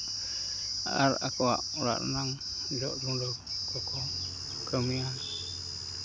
ᱟᱨ ᱟᱠᱚᱣᱟᱜ ᱚᱲᱟᱜ ᱨᱮᱱᱟᱜ ᱡᱚᱜ ᱞᱩᱰᱟᱹ ᱠᱚᱠᱚ ᱠᱟᱹᱢᱤᱭᱟ